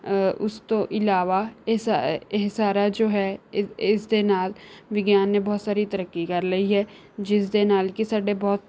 ਉਸ ਤੋਂ ਇਲਾਵਾ ਇਹ ਸਾ ਇਹ ਸਾਰਾ ਜੋ ਹੈ ਇਸ ਇਸਦੇ ਨਾਲ ਵਿਗਿਆਨ ਨੇ ਬਹੁਤ ਸਾਰੀ ਤਰੱਕੀ ਕਰ ਲਈ ਹੈ ਜਿਸ ਦੇ ਨਾਲ ਕਿ ਸਾਡੇ ਬਹੁਤ